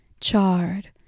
charred